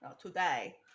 Today